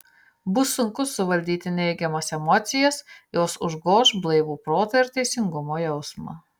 bus sunku suvaldyti neigiamas emocijas jos užgoš blaivų protą ir teisingumo jausmą